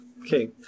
Okay